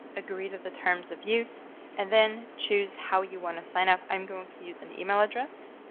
agree to the terms of use and then choose how you want to sign up. i'm going to use an email address.